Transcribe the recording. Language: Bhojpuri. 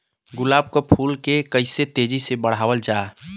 गुलाब क फूल के कइसे तेजी से बढ़ावल जा?